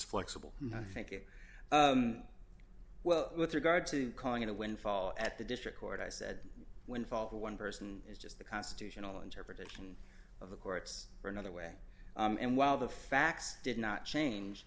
flexible and i think it well with regard to calling it a windfall at the district court i said when fall to one person is just the constitutional interpretation of the courts or another way and while the facts did not change